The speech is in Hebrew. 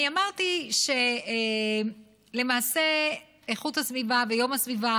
אני אמרתי שלמעשה איכות הסביבה ויום הסביבה,